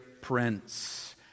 prince